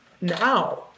Now